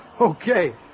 Okay